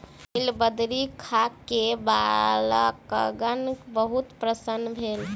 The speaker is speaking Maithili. नीलबदरी खा के बालकगण बहुत प्रसन्न भेल